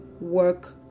work